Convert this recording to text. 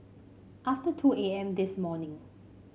after two A M this morning